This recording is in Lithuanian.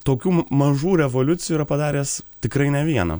tokių mažų revoliucijų yra padaręs tikrai ne vieną